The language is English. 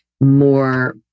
more